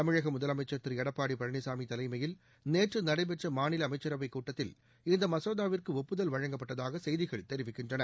தமிழக முதலமைச்சர் திரு எடப்பாடி பழனிசாமி தலைமையில் நேற்று நடைபெற்ற மாநில அமைச்சரவைக் கூட்டத்தில் இந்த மசோதாவிற்கு ஒப்புதல் வழங்கப்பட்டதாக செய்திகள் தெரிவிக்கின்றன